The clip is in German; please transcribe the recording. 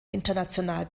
international